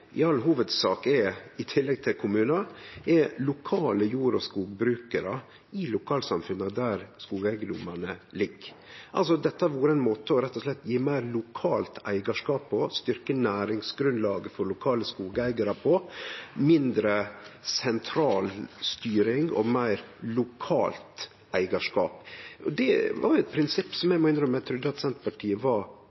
er, i tillegg til kommunar, i all hovudsak lokale jord- og skogbrukarar i lokalsamfunna der skogeigedomane ligg. Dette har rett og slett vore ein måte å gje meir lokalt eigarskap på og å styrkje næringsgrunnlaget for lokale skogeigarar – mindre sentral styring og meir lokalt eigarskap. Det er eit prinsipp